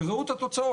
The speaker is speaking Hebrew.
וראו את התוצאות.